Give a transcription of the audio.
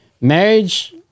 marriage